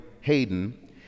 Hayden